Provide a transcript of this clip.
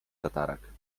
tatarak